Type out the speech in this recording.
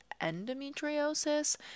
endometriosis